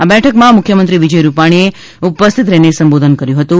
આ બેઠકમાં મુખ્યમંત્રી શ્રી વિજય રૂપાણીએ ઉપસ્થિત રહીને સંબોધન કર્યું હતું